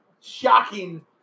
Shocking